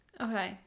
okay